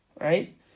right